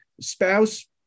spouse